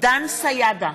דן סידה,